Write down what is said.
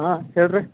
ಹಾಂ ಹೇಳ್ರಿ